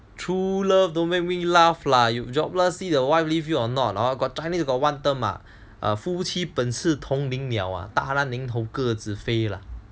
true love don't make me laugh lah you jobless see the wife leave you or not chinese got one term ah 夫妻本是同林鸟大难临头各自飞 lah